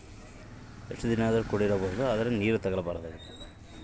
ಹತ್ತಿಯನ್ನು ಎಷ್ಟು ದಿನ ಕೂಡಿ ಇಡಬಹುದು?